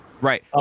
Right